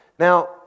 Now